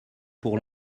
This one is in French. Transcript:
pour